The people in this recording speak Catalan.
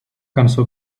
cançó